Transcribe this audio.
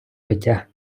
пиття